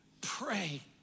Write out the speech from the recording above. pray